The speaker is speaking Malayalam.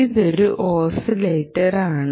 ഇതൊരു ഓസിലേറ്റർ ആണ്